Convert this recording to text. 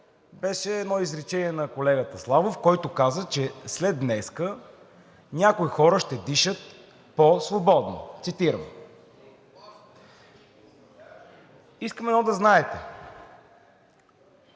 беше едно изречение на колегата Славов, който каза: „След днес някои хора ще дишат по-свободно.“ – цитирам. (Реплики.) Искам едно да знаете: